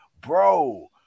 Bro